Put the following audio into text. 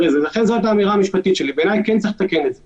לבדוק ואז העליתי פוסט ואמרתי: תפנו אליי ותגידו אם באמת יש תחושה שאתם,